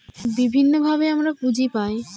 বিভিন্নভাবে আমরা পুঁজি পায়